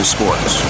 Sports